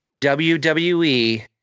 wwe